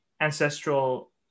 ancestral